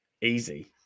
easy